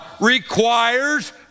requires